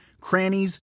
crannies